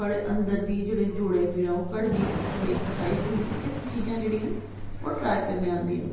थुआढ़े अंदर दी जेहडे़ जोडे़ पीड़ां ओह् घटदी ना थोह्ड़ी एक्सरसाइज होंदी ना एह् सब चीजां जेहड़ी ना ओह् ट्रैक कन्नै आंदी ना